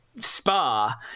spa